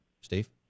Steve